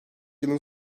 yılın